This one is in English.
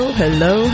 hello